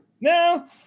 No